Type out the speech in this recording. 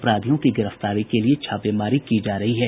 अपराधियों की गिरफ्तारी के लिये छापेमारी की जा रही है